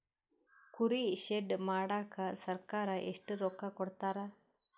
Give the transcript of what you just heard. ಕುರಿ ಶೆಡ್ ಮಾಡಕ ಸರ್ಕಾರ ಎಷ್ಟು ರೊಕ್ಕ ಕೊಡ್ತಾರ?